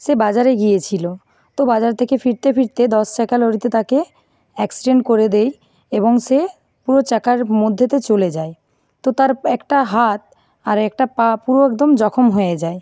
সে বাজারে গিয়েছিল তো বাজার থেকে ফিরতে ফিরতে দশ চাকা লরিতে তাকে অ্যাক্সিডেন্ট করে দেয় এবং সে পুরো চাকার মধ্যেতে চলে যায় তো তার একটা হাত আর একটা পা পুরো একদম জখম হয়ে যায়